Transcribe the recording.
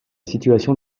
situation